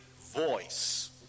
voice